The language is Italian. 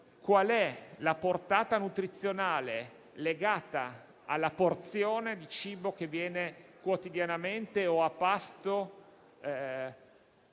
quale sia la portata nutrizionale legata alla porzione di cibo che viene quotidianamente o a pasto